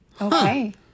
Okay